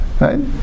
right